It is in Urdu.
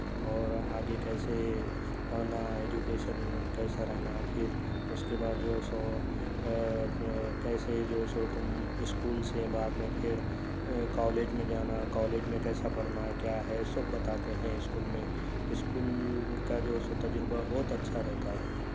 اور آگے کیسے پڑھنا ایجوکیشن کیسا رہنا پھر اُس کے بعد جو سو کیسے جو سو تُم اسکول سے بعد میں پھر کالج میں جانا کالج میں کیسا پڑھنا کیا ہے سب بتاتے ہیں اسکول میں اسکول کا جو سو تجربہ بہت اچھا رہتا ہے